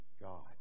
God